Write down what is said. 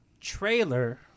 Trailer